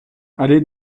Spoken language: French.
allée